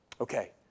Okay